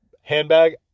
handbag